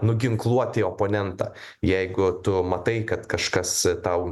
nuginkluoti oponentą jeigu tu matai kad kažkas tau